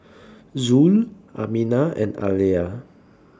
Zul Aminah and Alya